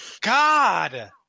God